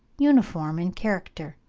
uniform in character.